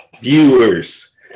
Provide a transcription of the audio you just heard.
viewers